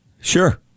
Sure